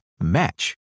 match